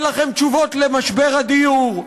אין לכם תשובות למשבר הדיור,